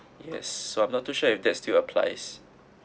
yes so I'm not too sure if that's still applies